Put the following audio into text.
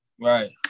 Right